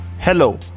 hello